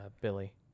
Billy